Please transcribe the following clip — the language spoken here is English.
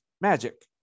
magic